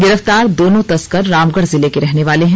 गिरफ़तार दोनों तस्कर रामगढ़ जिले के रहने वाले हैं